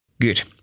Good